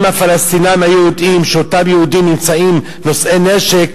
אם הפלסטינים היו יודעים שאותם יהודים נושאים נשק,